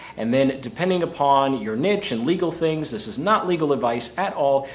and then depending upon your niche and legal things, this is not legal advice at all,